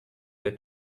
your